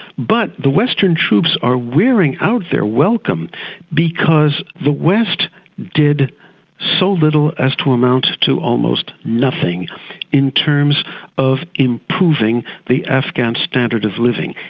but the western troops are wearing out their welcome because the west did so little as to amount to almost nothing in terms of improving the afghan standard of living,